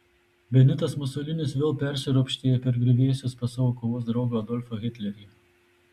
benitas musolinis vėl persiropštė per griuvėsius pas savo kovos draugą adolfą hitlerį